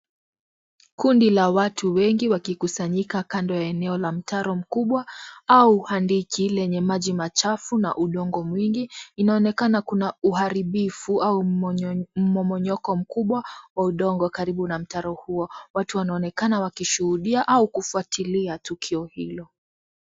Kundi la watu wengi wakikusanyika Kando ya eneo la mtaro mkubwa au handiki lenye maji machafu na udongo mwingi. Inaonekana kuna uharibifu au mmomonyoko mkubwa wa udongo karibu na mtaro huo. Watu wanaonekana wakishuhudia au kufuatilia tukio hilo.